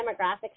demographics